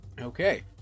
Okay